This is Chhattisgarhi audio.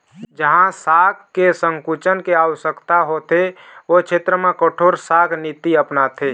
जहाँ शाख के संकुचन के आवश्यकता होथे ओ छेत्र म कठोर शाख नीति अपनाथे